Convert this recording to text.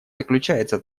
заключается